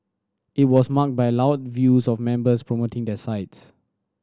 it was marked by loud views of members promoting their sides